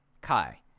Kai